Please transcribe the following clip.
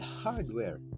hardware